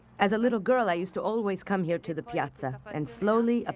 as a little girl i used to always come here to the piazza. and slowly, ah